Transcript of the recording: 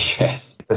Yes